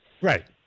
Right